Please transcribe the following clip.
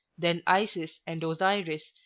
then isis and osiris,